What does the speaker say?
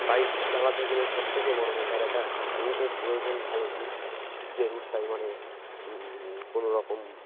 bike চালাতে গেলে সব থেকে বড়ো ব্যাপার একটা রুটের প্রয়োজন ভালো রুট যে রুটটাই মানে কোনো রকম